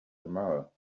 tomorrow